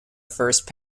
first